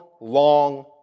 long